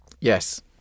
Yes